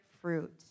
fruit